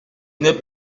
n’est